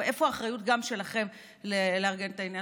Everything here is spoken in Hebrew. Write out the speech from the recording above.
איפה האחריות גם שלכם לארגן את העניין?